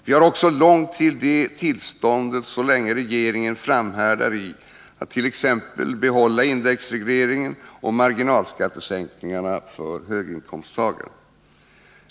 Vi har också långt till det tillståndet, så länge regeringen framhärdar i att t.ex. behålla indexregleringen och marginalskattesänkningarna för höginkomsttagare.